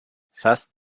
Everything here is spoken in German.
fast